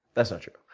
that's not true.